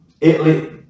Italy